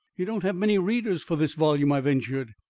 you don't have many readers for this volume? i ventured.